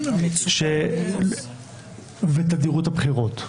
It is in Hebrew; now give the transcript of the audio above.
תדירות הבחירות.